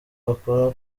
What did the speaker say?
bakora